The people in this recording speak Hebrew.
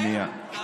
שנייה.